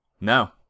No